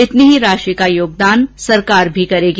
इतनी ही राशि का योगदान सरकार भी करेगी